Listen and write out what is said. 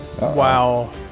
Wow